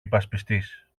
υπασπιστής